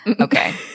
Okay